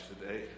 today